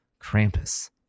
Krampus